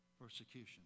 persecution